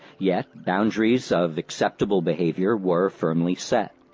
yet boundaries of acceptable behaviour were firmly set.